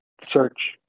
search